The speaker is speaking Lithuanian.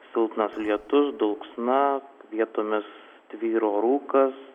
silpnas lietus dulksna vietomis tvyro rūkas